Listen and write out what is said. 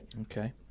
Okay